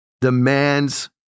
demands